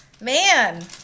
Man